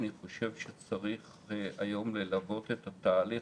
אני חושב שצריך היום ללוות את התהליך